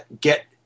get